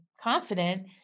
confident